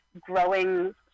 growing